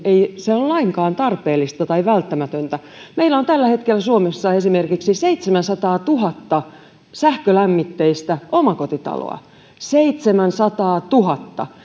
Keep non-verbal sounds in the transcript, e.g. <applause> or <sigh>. ei ole lainkaan tarpeellista tai välttämätöntä meillä on tällä hetkellä suomessa esimerkiksi seitsemänsataatuhatta sähkölämmitteistä omakotitaloa seitsemänsataatuhatta <unintelligible>